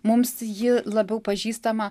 mums ji labiau pažįstama